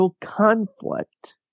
conflict